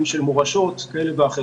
הן של מורשות כאלה ואחרות.